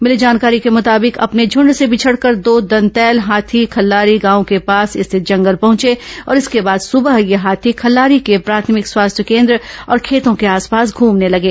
मिली जानकारी के मुताबिक अपने झंड से बिछड़कर दो दंतैल हाथी खल्लारी गांव के पास स्थित जंगल पहंचे और इसके बाद सुबह ये हाथी खल्लारी के प्राथमिक स्वास्थ्य केन्द्र और खेतों के आसपास घ्रमने लगे